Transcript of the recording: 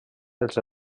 els